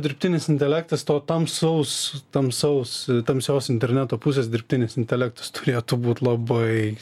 dirbtinis intelektas to tamsaus tamsaus tamsios interneto pusės dirbtinis intelektas turėtų būt labai